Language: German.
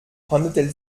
handelt